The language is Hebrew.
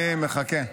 אני מחכה.